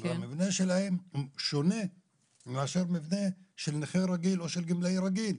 המבנה שלהם שונה מאשר מבנה של נכה רגיל או של גמלאי רגיל.